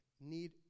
need